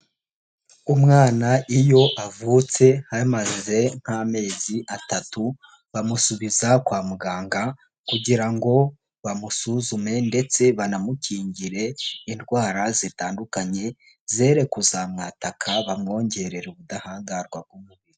Umwana iyo avutse hamaze nk'amezi atatu, bamusubiza kwa muganga kugira ngo bamusuzume ndetse banamukingire indwara zitandukanye, zere kuzamwataka bamwongerera ubudahangarwa bw'umubiri.